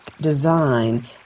design